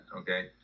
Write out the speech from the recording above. okay